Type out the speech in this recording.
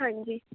ਹਾਂਜੀ